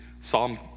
Psalm